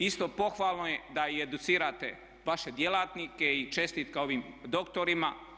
Isto pohvalno je da i educirate vaše djelatnike i čestitka ovim doktorima.